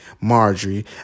Marjorie